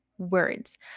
words